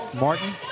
Martin